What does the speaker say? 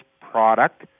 product